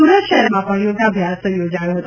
સુરત શહેરમાં પણ યોગાભ્યાસ યોજાયો હતો